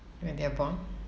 when they're born